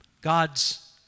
God's